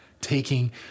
taking